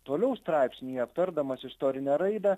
toliau straipsnyje aptardamas istorinę raidą